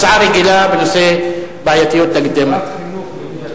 הצעה רגילה בנושא בעייתיות תאגידי המים.